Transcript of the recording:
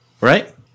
right